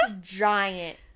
giant